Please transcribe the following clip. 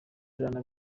ijana